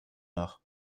nach